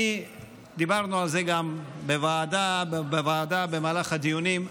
דיברנו על זה גם בוועדה במהלך הדיונים.